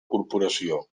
corporació